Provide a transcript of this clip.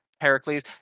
Heracles